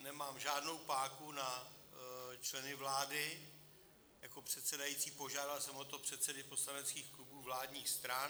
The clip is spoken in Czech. Nemám žádnou páku na členy vlády jako předsedající, požádal jsem o to předsedy poslaneckých klubů vládních stran.